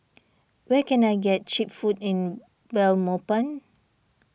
where can I get Cheap Food in Belmopan